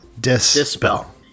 Dispel